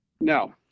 No